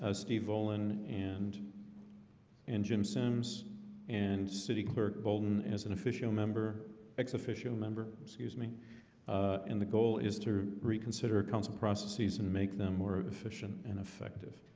steve olin and and jim sims and city clerk bolton as an official member ex officio member. excuse me and the goal is to reconsider a council processes and make them more efficient and effective